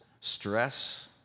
stress